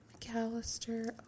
McAllister